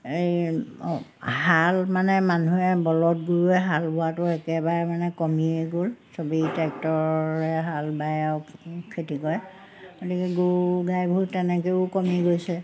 এই হাল মানে মানুহে বলত গৰুৱে হাল বোৱাটো একেবাৰে মানে কমিয়ে গ'ল চবেই ট্ৰেক্টৰে হাল বায়ে আৰু খেতি কৰে গতিকে গৰু গাইবোৰ তেনেকৈও কমি গৈছে